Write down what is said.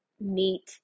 meet